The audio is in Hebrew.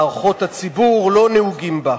שמשום מה הכללים הרגילים במערכות הציבור לא נהוגים בה,